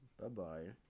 Bye-bye